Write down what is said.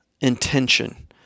intention